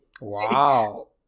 wow